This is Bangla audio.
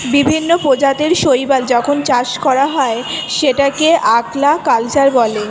বিভিন্ন প্রজাতির শৈবাল যখন চাষ করা হয় সেটাকে আল্গা কালচার বলে